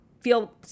feel